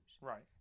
Right